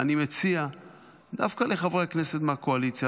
אני מציע דווקא לחברי הכנסת מהקואליציה,